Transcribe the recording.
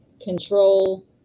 control